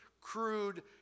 crude